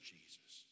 Jesus